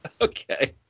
Okay